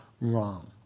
wrong